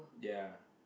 ya